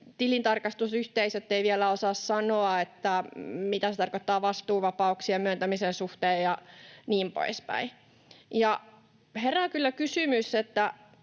tilintarkastusyhteisöt eivät vielä osaa sanoa, mitä se tarkoittaa vastuuvapauksien myöntämisen suhteen ja niin poispäin. Herää kyllä kysymys,